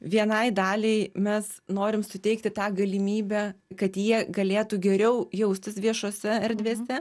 vienai daliai mes norim suteikti tą galimybę kad jie galėtų geriau jaustis viešose erdvėse